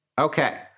Okay